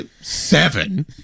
seven